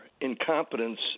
incompetence